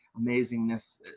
amazingness